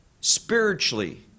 Spiritually